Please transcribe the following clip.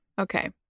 okay